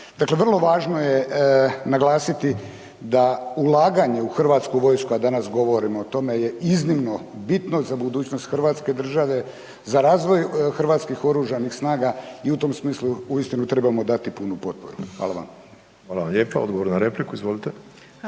Dakle, vrlo važno je naglasiti da ulaganje u hrvatsku vojsku a danas govorimo o tome je iznimno bitno za budućnost hrvatske države, za razvoj Hrvatskih oružanih snaga i u tom smislu uistinu trebamo dati punu potporu. Hvala vam. **Ostojić, Rajko (SDP)** Hvala vam lijepa, odgovor na repliku, izvolite.